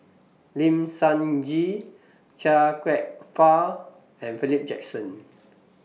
Lim Sun Gee Chia Kwek Fah and Philip Jackson